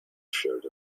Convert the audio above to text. shirt